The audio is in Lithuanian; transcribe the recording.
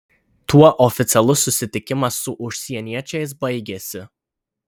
tuo oficialus susitikimas su užsieniečiais baigėsi